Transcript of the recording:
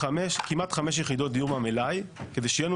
כמעט חמש יחידות דיור במלאי כי שתהיה לנו